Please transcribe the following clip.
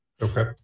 okay